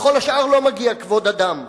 לכל השאר לא מגיע כבוד אדם.